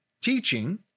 teaching